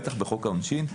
בטח בחוק העונשין,